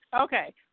Okay